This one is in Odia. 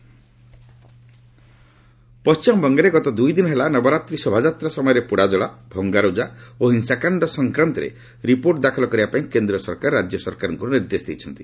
ସେଣ୍ଟର ଡବ୍ଲ୍ୟବି ଗୋଭ୍ ରିପୋର୍ଟ ପଶ୍ଚିମବଙ୍ଗରେ ଗତ ଦୁଇ ଦିନ ହେଲା ନବରାତ୍ରୀ ଶୋଭାଯାତ୍ରା ସମୟରେ ପୋଡ଼ାଜଳା ଭଙ୍ଗାରୁଜା ଓ ହିଂସାକାଣ୍ଡ ସଂକ୍ରାନ୍ତରେ ରିପୋର୍ଟ ଦାଖଲ କରିବାପାଇଁ କେନ୍ଦ୍ର ସରକାର ରାଜ୍ୟ ସରକାରଙ୍କୁ ନିର୍ଦ୍ଦେଶ ଦେଇଛନ୍ତି